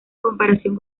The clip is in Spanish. comparación